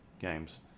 games